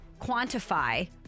quantify